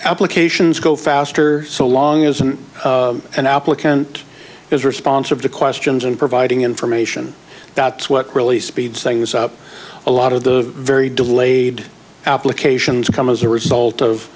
applications go faster so long as an an applicant is responsive to questions and providing information that's what really speeds things up a lot of the very delayed applications come as a result of